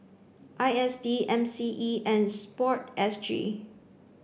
I S D M C E and sport S G